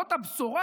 זאת הבשורה?